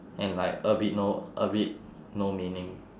and like a bit no a bit no meaning